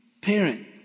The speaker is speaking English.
parent